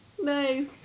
Nice